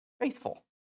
faithful